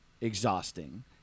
exhausting